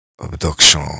abduction